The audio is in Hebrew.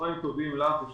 צהריים טובים, היושבת-ראש,